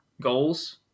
goals